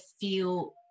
feel